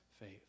faith